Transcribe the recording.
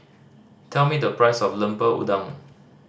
tell me the price of Lemper Udang